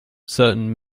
certain